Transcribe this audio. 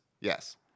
Yes